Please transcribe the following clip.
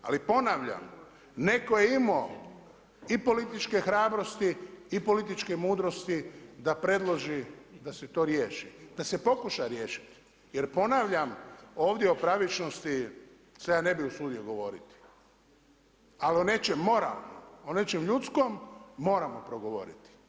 Ali ponavljam netko je imao i političke hrabrosti i političke mudrosti da predloži da se to riješi, da se pokuša riješiti, jer ponavljam ovdje o pravičnosti se ja ne bih usudio govoriti, ali o nečem moralnom, o nečem ljudskom mora progovoriti.